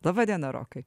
laba diena rokai